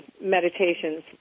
meditations